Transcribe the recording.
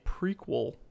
prequel